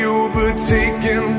overtaken